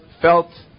felt